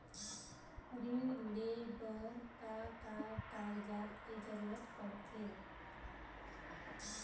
ऋण ले बर का का कागजात के जरूरत पड़थे?